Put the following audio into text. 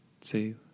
two